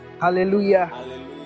Hallelujah